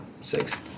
six